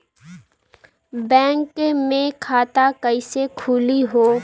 Bank मे खाता कईसे खुली हो?